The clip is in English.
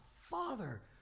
Father